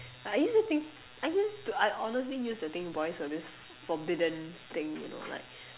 I used to think I used to I honestly used to think boys were this forbidden thing you know like